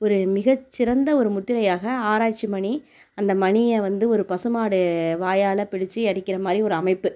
ஒரு மிகச்சிறந்த ஒரு முத்திரையாக ஆராய்ச்சி மணி அந்த மணியை வந்து ஒரு பசுமாடு வாயால் பிடிச்சு அடிக்கிற மாதிரி ஒரு அமைப்பு